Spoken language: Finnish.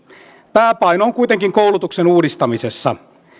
pääpaino on kuitenkin koulutuksen uudistamisessa